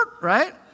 right